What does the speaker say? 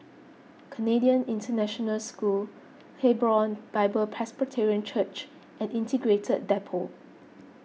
Canadian International School Hebron Bible Presbyterian Church and Integrated Depot